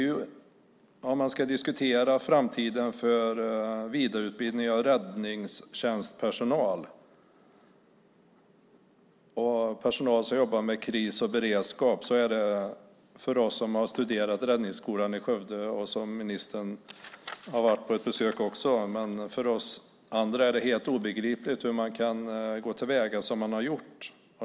Ministern har också varit på ett besök vid Räddningsskolan i Skövde, men för oss andra som har studerat skolan är det, om man ska diskutera framtiden för vidareutbildning av räddningstjänstpersonal och personal som jobbar med kris och beredskap, helt obegripligt hur man kan gå till väga som man har gjort.